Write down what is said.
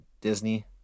Disney